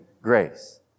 grace